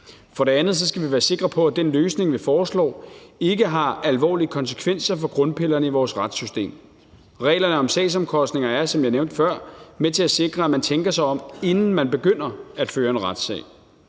For det andet skal vi være sikre på, at den løsning, vi foreslår, ikke har alvorlige konsekvenser for grundpillerne i vores retssystem. Reglerne om sagsomkostninger er, som jeg nævnte før, med til at sikre, at man tænker sig om, inden man begynder at føre en retssag.